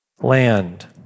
land